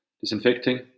disinfecting